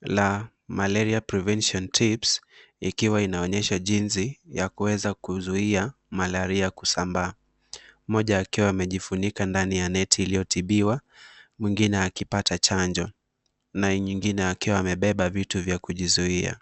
la malaria prevention tips ikiwa inaonyesha jinsi ya kuweza kuzuia malaria kusambaa mmoja akiwa amejifunika ndani ya neti iliyotibiwa mwingine akipata chanjo na ngingine akiwa amebeba vitu vya kujizuia.